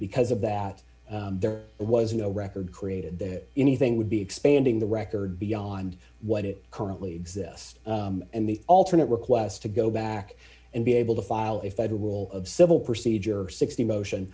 because of that there was no record created that anything would be expanding the record beyond what it currently exists and the alternate requests to go back and be able to file a federal rule of civil procedure sixty motion